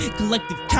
collective